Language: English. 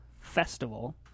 Festival